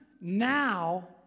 now